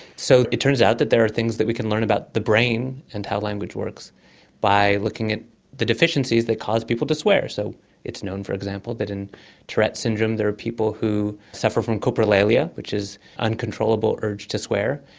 so it turns out that there are things that we can learn about the brain and how language works by looking at the deficiencies that cause people to swear. so it's known, for example, that in tourette syndrome there are people who suffer from coprolalia which is an uncontrollable urge to swear.